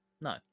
No